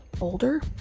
older